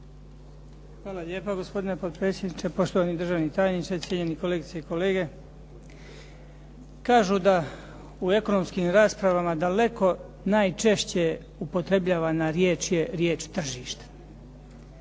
Hvala lijepa, gospodine potpredsjedniče. Poštovani državni tajniče. Cijenjeni kolegice i kolege. Kažu da u ekonomskim raspravama daleko najčešće upotrebljavana riječ je riječ tržište